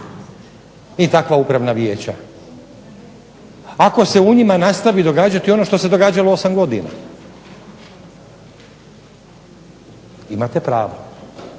i takva upravna vijeća. Ako se u njima nastavi događati ono što se događalo 8 godina, imate pravo.